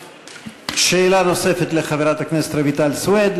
שאלה נוספת לחברת הכנסת רויטל סויד.